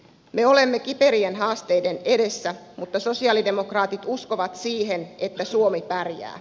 me olemme kiperien haasteiden edessä mutta sosialidemokraatit uskovat siihen että suomi pärjää